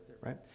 right